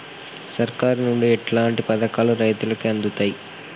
సర్కారు నుండి ఎట్లాంటి పథకాలు రైతులకి అందుతయ్?